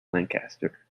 lancaster